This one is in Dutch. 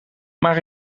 maar